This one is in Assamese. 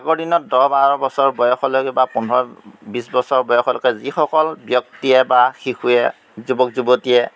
আগৰ দিনত দহ বাৰ বছৰ বয়সলৈকে বা পোন্ধৰ বিছ বছৰ বয়সলৈকে যিসকল ব্যক্তিয়ে বা শিশুৱে যুৱক যুৱতীয়ে